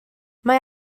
mae